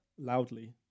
loudly